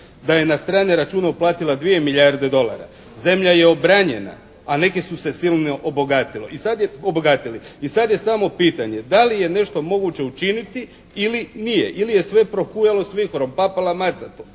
da je na strani račun uplatila 2 milijarde dolara. Zemlja je obranjena, a neki su se silno obogatili i sad je samo pitanje da li je nešto moguće učiniti ili nije ili je sve prohujalo s vihorom. “Papala maca to!